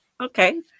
Okay